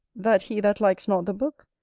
that he that likes not the book,